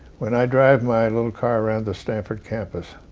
when i drive my little car around the stanford campus,